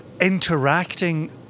interacting